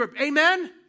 Amen